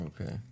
Okay